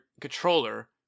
controller